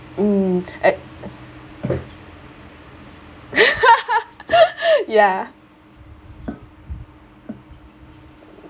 mm a~ ya